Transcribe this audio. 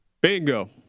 Bingo